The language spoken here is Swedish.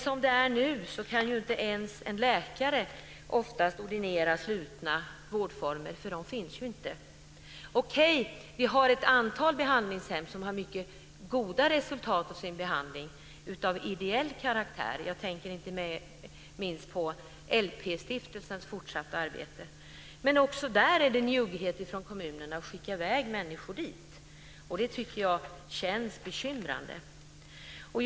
Som det är nu kan ju oftast inte ens en läkare ordinera slutna vårdformer, för de finns ju inte. Okej, vi har ett antal behandlingshem som har mycket goda resultat av sin behandling av ideell karaktär - jag tänker inte minst på LP stiftelsens fortsatta arbete. Men också där är det njugghet från kommunerna när det gäller att skicka i väg människor dit, och det bekymrar mig.